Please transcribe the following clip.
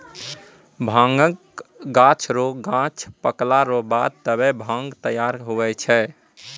भांगक गाछ रो गांछ पकला रो बाद तबै भांग तैयार हुवै छै